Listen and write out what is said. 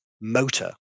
motor